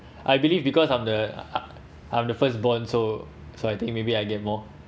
I believe because I'm the I'm the first born so so I think maybe I get more